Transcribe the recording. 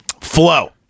flow